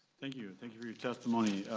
thank you thank you for your testimony.